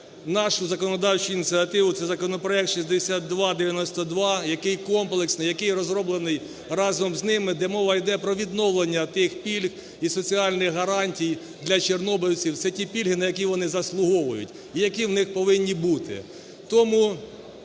нашу законодавчу ініціативу, це законопроект 6292, який комплексний, який розроблений разом з ним, де мова йде про відновлення тих пільг і соціальних гарантій для чорнобильців. Це ті пільги, на які вони заслуговують і які у них повинні бути.